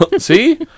See